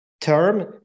term